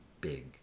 big